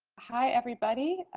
hi everybody.